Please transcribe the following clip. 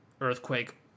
earthquake